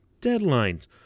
deadlines